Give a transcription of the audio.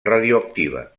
radioactiva